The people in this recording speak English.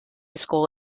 school